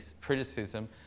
criticism